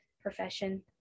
profession